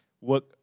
work